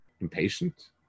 impatient